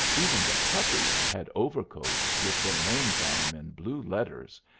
even the puppies had overcoats with their names on em in blue letters,